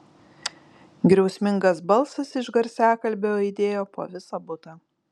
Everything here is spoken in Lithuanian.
griausmingas balsas iš garsiakalbio aidėjo po visą butą